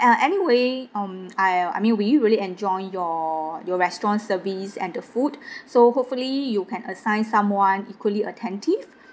ah anyway um I I mean we really enjoy your your restaurant service and the food so hopefully you can assign someone equally attentive